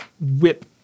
whip